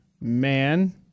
Man